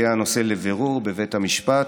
הגיע הנושא לבירור בבית המשפט,